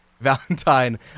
valentine